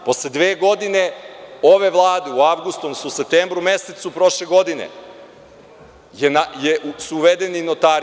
Posle dve godine ove Vlade, u avgustu odnosno u septembru mesecu prošle godine su uvedeni notari.